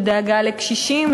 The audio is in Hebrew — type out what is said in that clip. לדאגה לקשישים,